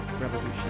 Revolution